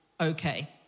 okay